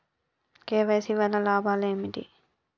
KYC వల్ల లాభాలు ఏంటివి?